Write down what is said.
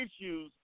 issues